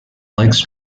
legs